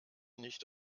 nicht